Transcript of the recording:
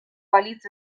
balitz